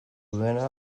dena